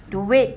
okay